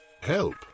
Help